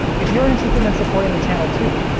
if you are interested in supporting the channel too,